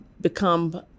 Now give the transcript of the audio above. become